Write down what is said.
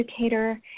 educator